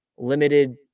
Limited